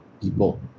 people